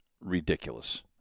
ridiculous